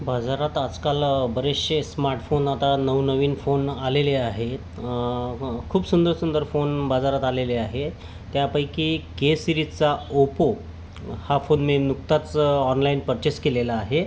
बाजारात आजकाल बरेचसे स्मार्टफोन आता नवनवीन फोन आलेले आहेत हं खूप सुंदर सुंदर फोन बाजारात आलेले आहे त्यापैकी के सिरीजचा ओपो हा फोन मी नुकताच ऑनलाईन पर्चेस केलेला आहे